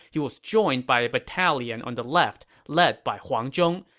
he was joined by a battalion on the left led by huang zhong,